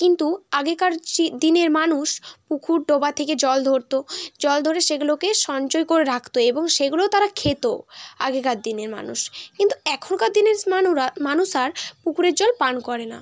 কিন্তু আগেকার জি দিনের মানুষ পুকুর ডোবা থেকে জল ধরতো জল ধরে সেগুলোকে সঞ্চয় করে রাখতো এবং সেগুলো তারা খেত আগেকার দিনের মানুষ কিন্তু এখনকার দিনের মানুরা মানুষ আর পুকুরের জল পান করে না